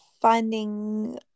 finding